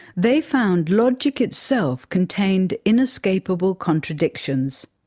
they found logic itself contained inescapable contradictions.